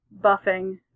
buffing